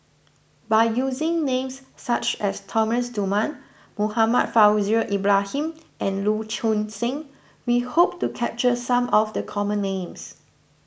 by using names such as Thomas Dunman Muhammad Far with your Ibrahim and Lu Choon Seng we hope to capture some of the common names